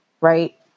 right